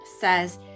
says